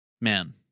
man